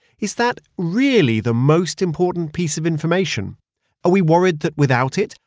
is that really the most important piece of information? are we worried that without it,